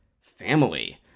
family